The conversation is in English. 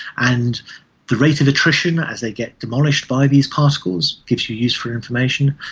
and the rate of attrition as they get demolished by these particles gives you useful information.